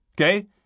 okay